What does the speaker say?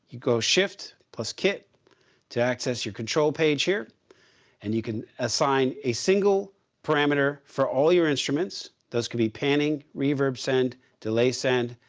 go shift plus kit to access your control page here and you can assign a single parameter for all your instruments. those could be panning, reverb send delay send,